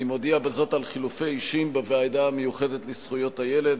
אני מודיע בזאת על חילופי אישים בוועדה המיוחדת לזכויות הילד.